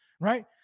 Right